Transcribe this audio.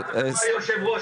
אבל --- אתה היו"ר,